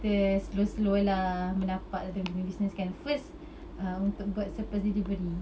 kita slow slow lah menapak kita punya business kan first uh untuk buat surprise delivery